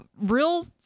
real